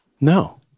No